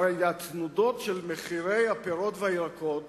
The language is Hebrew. הרי יש תנודות במחירי הפירות והירקות